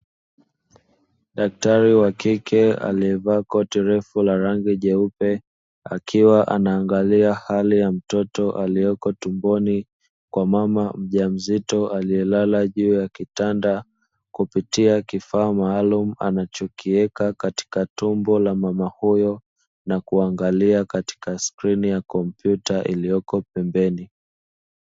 Daktari wa kike aliyevaa koti refu na rangi nyeupe akiwa anaangalia hali ya mtoto aliyeko tumboni kwa mama mjamzito, aliyelala juu ya kitanda kupitia kifaa maalumu anachokieka katika tumbo la mama huyo, na kuangalia katika skrini ya kompyuta iliyoko pembeni.